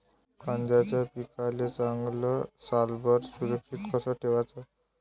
कांद्याच्या पिकाले चांगल्यानं सालभर सुरक्षित कस ठेवाचं?